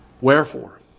wherefore